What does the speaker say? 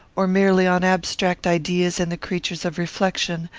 or merely on abstract ideas and the creatures of reflection,